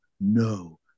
no